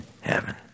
heaven